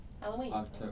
Halloween